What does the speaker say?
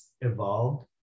evolved